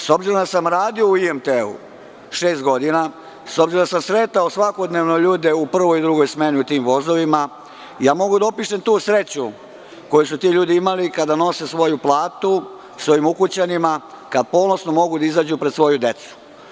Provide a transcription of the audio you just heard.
S obzirom da sam radio u IMT-u šest godina, s obzirom da sam sretao svakodnevno ljude u prvoj i drugoj smeni u tim vozovima, ja mogu da opišem tu sreću koju su ti ljudi imali kada nose svoju platu svojim ukućanima i kada ponosno mogu da izađu pred svoju decu.